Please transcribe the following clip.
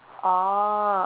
oh